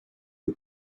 you